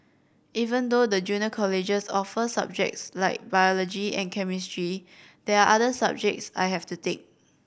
even though the junior colleges offer subjects like biology and chemistry there are other subjects I have to take